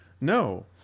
No